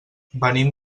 venim